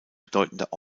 bedeutender